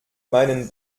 meinen